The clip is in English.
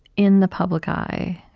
in the public eye,